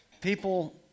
people